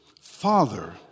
Father